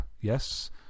Yes